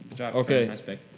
Okay